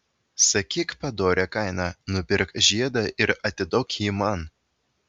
sakyk padorią kainą nupirk žiedą ir atiduok jį man